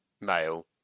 male